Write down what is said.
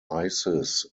isis